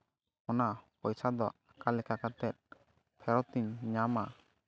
ᱚᱱᱟ ᱯᱚᱭᱥᱟ ᱫᱚ ᱚᱠᱟ ᱞᱮᱠᱟ ᱠᱟᱛᱮᱫ ᱯᱷᱮᱨᱚᱛᱤᱧ ᱧᱟᱢᱟ